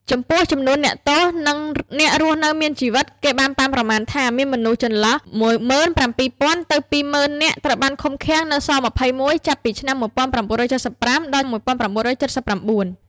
ចំពោះចំនួនអ្នកទោស និងអ្នករស់រានមានជីវិត គេបានប៉ាន់ប្រមាណថាមានមនុស្ស ចន្លោះពី ១៧,០០០ ទៅ ២០,០០០ នាក់ត្រូវបានឃុំឃាំងនៅ ស-២១ ចាប់ពីឆ្នាំ១៩៧៥ ដល់ ១៩៧៩។